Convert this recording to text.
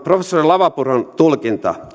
professori lavapuron tulkinta